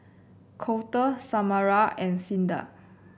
Colter Samara and Cinda